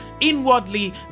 inwardly